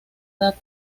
edad